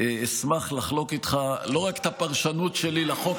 אשמח לחלוק איתך לא רק את הפרשנות שלי לחוק